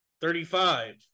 Thirty-five